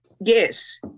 Yes